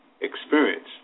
experience